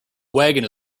wagon